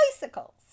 Bicycles